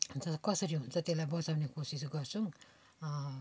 अन्त कसरी हुन्छ त्यसलाई बचाउने कोसिस गर्छौँ